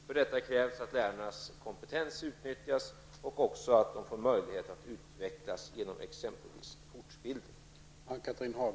För detta krävs att lärarnas kompetens utnyttjas och också att de får möjlighet att utvecklas genom exempelvis fortbildning.